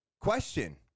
question